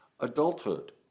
adulthood